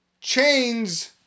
chains